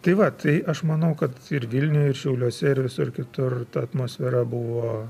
tai va tai aš manau kad ir vilniuj ir šiauliuose ir visur kitur ta atmosfera buvo